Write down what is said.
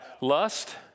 lust